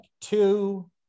two